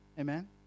Amen